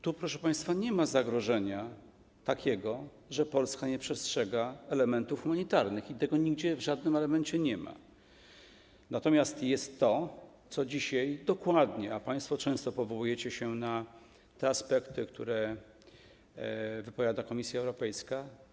Tu, proszę państwa, nie ma zagrożenia, że Polska nie przestrzega elementów humanitarnych i tego nigdzie, w żadnym elemencie nie ma, natomiast jest to, co dzisiaj dokładnie, a państwo często powołujecie się na te aspekty, które wypowiada Komisja Europejska.